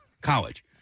College